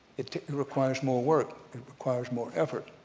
it requires more work. it requires more effort.